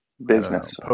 Business